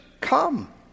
come